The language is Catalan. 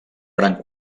gran